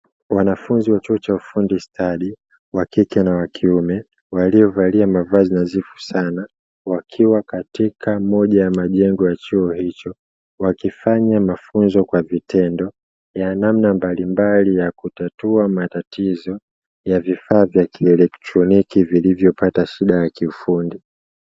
Wanafunzi wa chuo cha ufundi stadi wa kike na wa kiume waliovalia mavazi nadhifu sana, wakiwa katika moja ya majengo ya chuo hicho, wakifanya mafunzo kwa vitendo ya namna mbalimbali ya kutatua matatizo ya vifaa vya kieletroniki vilivyopata shida kiufundi.